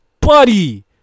Buddy